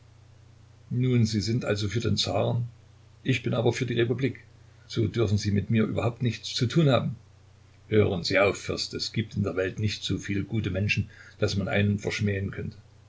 nun sie sind also für den zaren ich bin aber für die republik so dürfen sie mit mir überhaupt nichts zu tun haben hören sie auf fürst es gibt in der welt nicht so viel gute menschen daß man einen verschmähen könnte